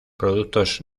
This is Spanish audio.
productos